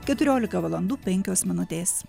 keturiolika valandų penkios minutės